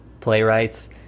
playwrights